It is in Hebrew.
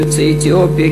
יוצאי אתיופיה,